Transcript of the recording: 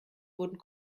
wurden